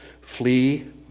flee